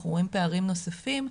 אנחנו רואים פערים נוספים,